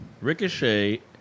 Ricochet